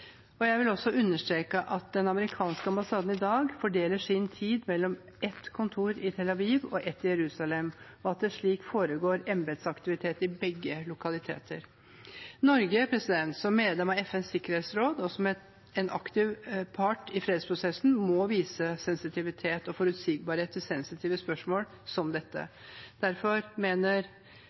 Jeg vil også understreke at den amerikanske ambassaden i dag fordeler sin tid mellom ett kontor i Tel Aviv og ett i Jerusalem, og at det slik foregår embetsaktivitet ved begge lokaliteter. Norge, som medlem av FNs sikkerhetsråd og som en aktiv part i fredsprosessen, må vise sensitivitet og forutsigbarhet i sensitive spørsmål som dette. Derfor mener